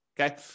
okay